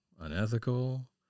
unethical